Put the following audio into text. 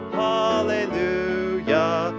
hallelujah